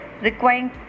requiring